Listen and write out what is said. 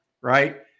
right